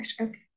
okay